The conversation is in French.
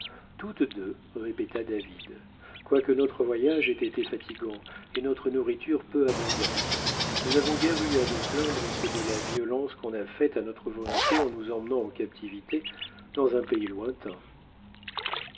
toutes deux répéta david quoique notre voyage ait été fatigant et notre nourriture peu abondante nous n'avons guère eu à nous plaindre que de la violence qu'on a faite à notre volonté en nous emmenant en captivité dans un pays lointain